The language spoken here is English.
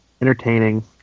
entertaining